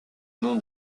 nom